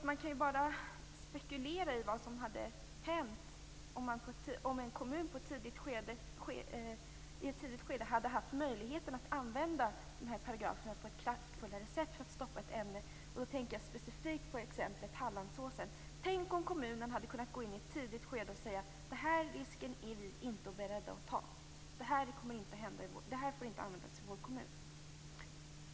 Man kan bara spekulera i vad som hade hänt om en kommun i ett tidigt skede hade haft möjlighet att använda de här lagparagraferna på ett kraftfullare sätt för att stoppa användningen av ett ämne. Jag tänker då specifikt på exemplet Hallandsåsen. Tänk om kommunen hade kunnat gå in i ett tidigt skede och säga: "Den här risken är vi inte beredda att ta. Det här medlet får inte användas i vår kommun."